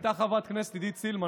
שהייתה חברת הכנסת עידית סילמן,